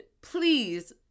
please